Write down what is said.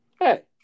hey